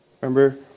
Remember